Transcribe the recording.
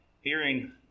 hearing